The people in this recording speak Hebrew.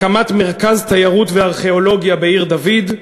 הקמת מרכז תיירות וארכיאולוגיה בעיר-דוד,